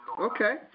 Okay